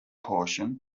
portion